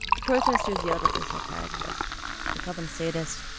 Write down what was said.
the protesters yelled at the psychiatrists, they called them sadists,